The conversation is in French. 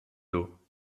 d’eau